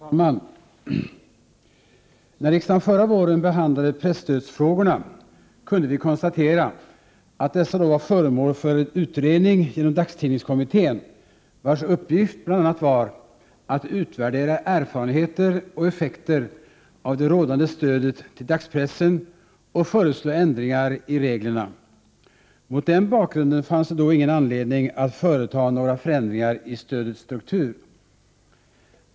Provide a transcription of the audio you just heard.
Herr talman! När riksdagen förra våren behandlade presstödsfrågorna, kunde vi konstatera att dessa då var föremål för utredning genom dagstidningskommittén, vars uppgift bl.a. var att utvärdera erfarenheter och effekter av det rådande stödet till dagspressen och föreslå ändringar i reglerna. Mot den bakgrunden fanns det då ingen anledning att företa några förändringar i stödets struktur.